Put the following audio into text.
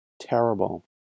terrible